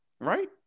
right